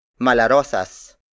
Malarosas